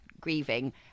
grieving